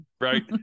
right